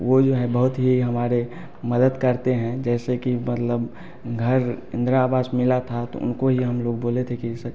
वो जो हैं बहुत ही हमारे मदद करते हैं जैसे कि मतलब घर इंदिरा आवास मिला था तो उनको ही हम लोग बोले थे कि जैसे